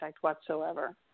whatsoever